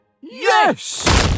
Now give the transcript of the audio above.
yes